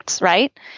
right